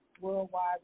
Worldwide